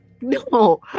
No